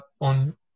on